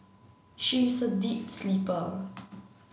she is a deep sleeper